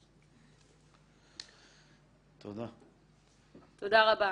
תודה רבה.